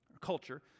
culture